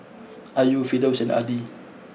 Ayu Firdaus and Adi